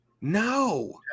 No